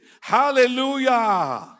Hallelujah